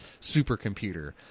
supercomputer